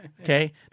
Okay